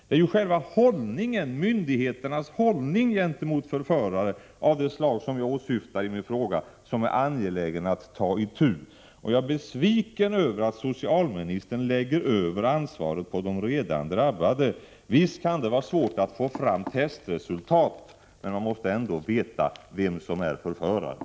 Det är ju myndigheternas hållning gentemot förförare av det slag som jag åsyftar i min fråga som det är angeläget att ta itu med. Jag är besviken över att socialministern lägger över ansvaret på de redan drabbade. Visst kan det vara svårt att få fram testresultat, men man måste ändå hålla i minnet vem som är förföraren.